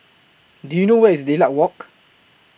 Do YOU know Where IS Lilac Walk